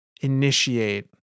initiate